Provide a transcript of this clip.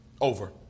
Over